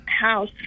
House